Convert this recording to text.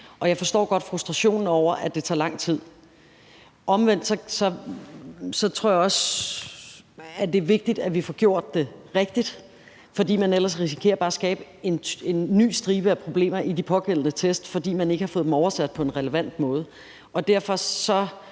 Jeg forstår også godt frustrationen over, at det tager lang tid. Omvendt tror jeg også, det er vigtigt, at vi får gjort det rigtigt, fordi man ellers risikerer bare at skabe en ny stribe af problemer i de pågældende test, fordi man ikke har fået dem oversat på en relevant måde. Derfor, selv